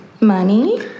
Money